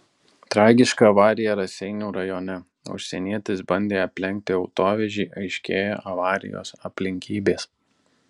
tragiška avarija raseinių rajone užsienietis bandė aplenkti autovežį aiškėja avarijos aplinkybės